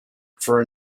for